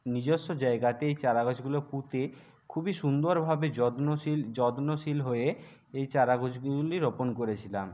নিজস্ব জায়গাতেই চারা গাছগুলো পুঁতে খুবই সুন্দরভাবে যত্নশীল যত্নশীল হয়ে এই চারা গাছগুলি রোপণ করেছিলাম